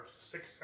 six